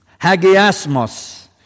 hagiasmos